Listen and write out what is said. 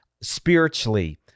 spiritually